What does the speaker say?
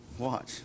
Watch